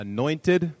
Anointed